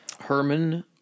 Herman